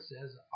says